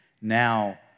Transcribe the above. now